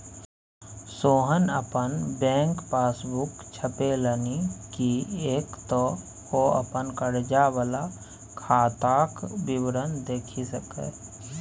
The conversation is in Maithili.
सोहन अपन बैक पासबूक छपेलनि किएक तँ ओ अपन कर्जा वला खाताक विवरण देखि सकय